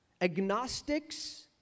agnostics